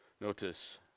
Notice